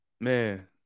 Man